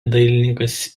dailininkas